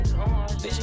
Bitch